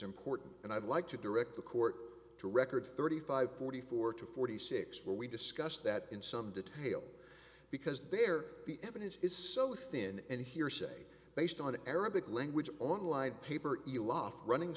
important and i'd like to direct the court to record thirty five forty four to forty six where we discussed that in some detail because there the evidence is so thin and hearsay based on the arabic language on live paper eloff running